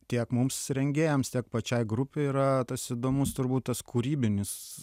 tiek mums rengėjams tiek pačiai grupei yra tas įdomus turbūt tas kūrybinis